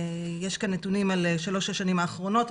יש כאן נתונים על שלוש השנים האחרונות,